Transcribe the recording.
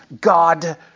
God